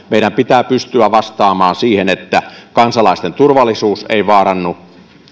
meidän pitää pystyä vastaamaan siihen että kansalaisten turvallisuus ei vaarannu